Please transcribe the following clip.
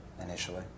initially